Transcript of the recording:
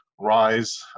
rise